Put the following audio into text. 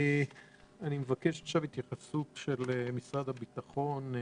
אני מבקש התייחסות של משרד הביטחון.